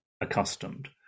accustomed